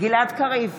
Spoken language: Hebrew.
גלעד קריב,